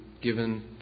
given